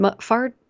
far